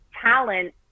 talent